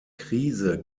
krise